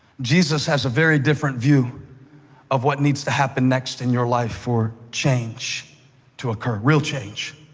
jesus has a very different view of what needs to happen next in your life for change to occur real change,